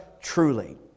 truly